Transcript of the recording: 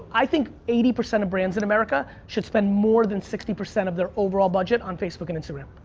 i think eighty percent of brands in america should spend more than sixty percent of their overall budget on facebook and instagram.